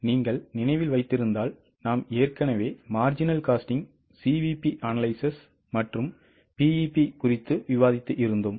நீங்கள் நினைவில் வைத்திருந்தால் நாம் ஏற்கனவே marginal costing CVP analysis மற்றும் BEP குறித்து விவாதித்து இருந்தோம்